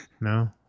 No